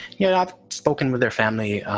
know, i've spoken with their family